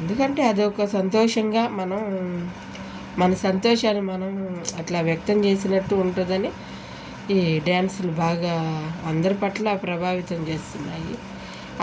ఎందుకంటే అదొక సంతోషంగా మనం మన సంతోషాన్ని మనం అలా వ్యక్తం చేసినట్టు ఉంటుందని ఈ డ్యాన్సులు బాగా అందరి పట్ల ప్రభావితం చేస్తున్నాయి